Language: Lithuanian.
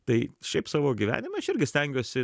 tai šiaip savo gyvenime aš irgi stengiuosi